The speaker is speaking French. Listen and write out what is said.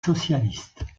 socialistes